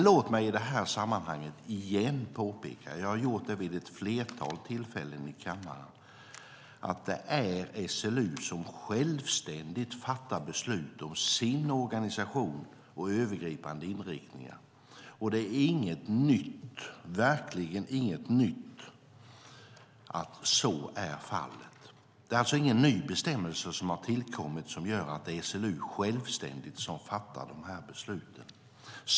Låt mig dock i detta sammanhang återigen påpeka - jag har gjort det vid ett flertal tillfällen i kammaren - att det är SLU som självständigt fattar beslut om sin organisation och övergripande inriktningar. Det är verkligen inget nytt att så är fallet. Det är alltså ingen ny bestämmelse som har tillkommit som gör att det är SLU som självständigt fattar dessa beslut.